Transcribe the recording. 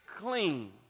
clean